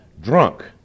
Drunk